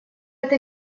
это